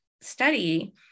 study